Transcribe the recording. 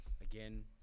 again